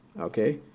okay